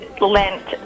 Lent